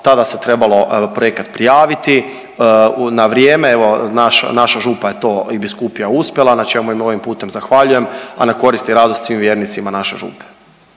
tada se trebalo projekat prijaviti na vrijeme, evo naša župa je to i biskupija uspjela na čemu im ovim putem zahvaljujem, a na korist i radost svi vjernicima naše župe.